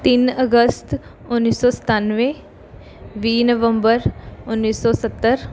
ਤਿੰਨ ਅਗਸਤ ਉੱਨੀ ਸੌ ਸਤਾਨਵੇਂ ਵੀਹ ਨਵੰਬਰ ਉੱਨੀ ਸੌ ਸੱਤਰ